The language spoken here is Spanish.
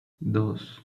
dos